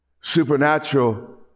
supernatural